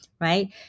right